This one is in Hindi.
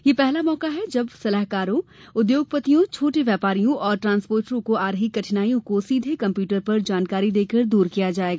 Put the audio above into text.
यह पहला मौका है जब कर सलाहकारों उद्योगपतियों छोटे व्यापारियों और ट्रांसपोटरों को आ रही कठिनाईयों को सीधे कम्प्यूटर पर जानकारी देकर दूर किया जायेगा